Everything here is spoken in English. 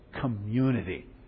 community